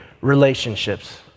relationships